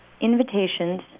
invitations